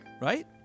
right